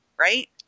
right